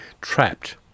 trapped